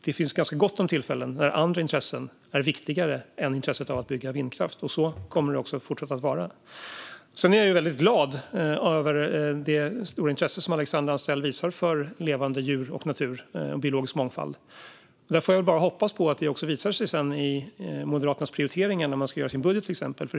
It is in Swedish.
Det finns ganska gott om tillfällen när andra intressen är viktigare än intresset av att bygga vindkraft, och så kommer det att fortsätta att vara. Sedan är jag väldigt glad över det stora intresse som Alexandra Anstrell visar för levande djur och natur och biologisk mångfald. Jag får väl bara hoppas på att det också visar sig i Moderaternas prioriteringar när man ska göra sin budget, till exempel.